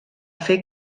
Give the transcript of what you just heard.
fer